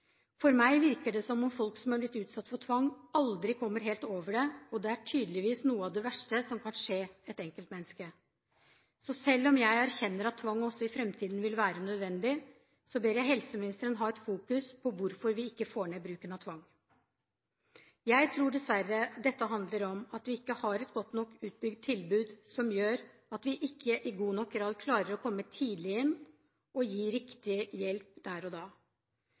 For meg virker det som om folk som har blitt utsatt for tvang, aldri kommer helt over det, og det er tydeligvis noe av det verste som kan skje et enkeltmenneske. Selv om jeg erkjenner at tvang også i framtiden vil være nødvendig, ber jeg helseministeren ha et fokus på hvorfor vi ikke får ned bruken av tvang. Jeg tror dessverre dette handler om at vi ikke har et godt nok utbygd tilbud, som gjør at vi ikke i god nok grad klarer å komme tidlig inn og gi riktig hjelp der og da.